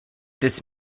this